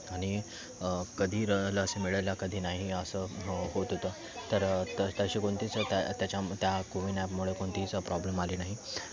आणि कधी र लस मिळेल कधी नाही असं होत होतं तर तशी कोणतीच त्या त्याच्या म त्या कोवीन ॲपमुळं कोणतीच प्रॉब्लेम आली नाही